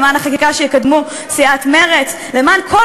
למען החקיקה שיקדמו סיעת מרצ,